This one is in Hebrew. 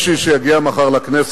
שש שנים לקח להם לבנות.